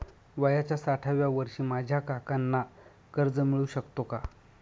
वयाच्या साठाव्या वर्षी माझ्या काकांना कर्ज मिळू शकतो का?